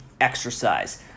exercise